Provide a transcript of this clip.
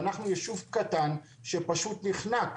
ואנחנו יישוב קטן, שפשוט נחנק.